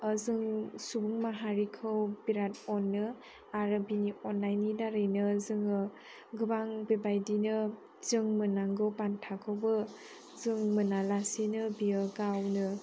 जों सुबुं माहारिखौ बिराद अनो आरो बिनि अननायनि दारैनो जोङो गोबां बेबायदिनो जों मोननांगौ बान्थाखौबो जों मोनालासिनो बेयो गावनो